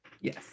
Yes